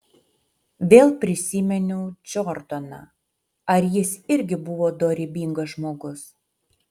vėl prisiminiau džordaną ar jis irgi buvo dorybingas žmogus